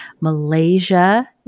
Malaysia